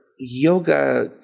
yoga